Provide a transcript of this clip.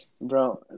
Bro